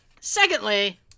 secondly